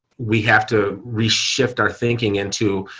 we have to really shift our thinking into,